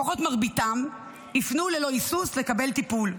לפחות מרביתם, יפנו ללא היסוס לקבל טיפול.